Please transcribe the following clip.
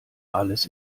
alles